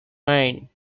mine